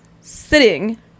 sitting